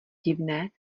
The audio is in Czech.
divné